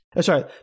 sorry